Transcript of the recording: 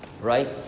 right